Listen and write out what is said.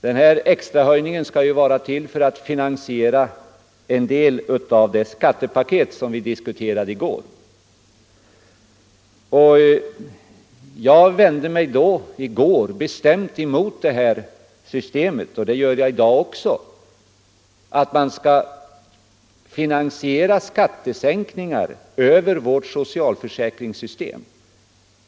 Den här extra höjningen skall vara till för att finansiera 45 en del av det skattepaket som diskuterades i går. Jag vände mig i går bestämt emot det systemet — och det gör jag i dag också — att man skall finansiera skattesänkningar över vårt socialförsäkringssystem.